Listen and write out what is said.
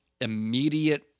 immediate